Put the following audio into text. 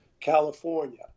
California